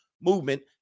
movement